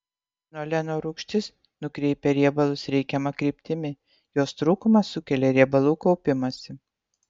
linoleno rūgštis nukreipia riebalus reikiama kryptimi jos trūkumas sukelia riebalų kaupimąsi